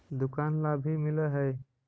दुकान ला भी मिलहै?